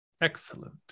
excellent